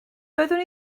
doeddwn